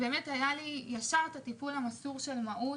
מייד היה לי את הטיפול המסור של מהו"ת,